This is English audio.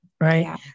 Right